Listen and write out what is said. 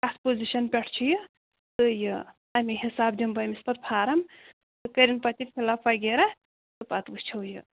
کَتھ پوٗزِشَن پٮ۪ٹھ چھُ یہِ تہٕ یہِ اَمے حِساب دِمہٕ بہٕ أمِس پَتہٕ فارَم سُہ کٔرِن پَتہٕ یہِ فِل اَپ وغیرہ تہٕ پَتہٕ وُچھو یہِ